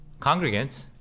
congregants